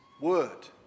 word